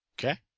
Okay